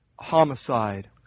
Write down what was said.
homicide